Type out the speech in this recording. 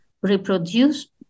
reproduce